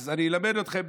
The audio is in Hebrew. אז אני אלמד אתכם.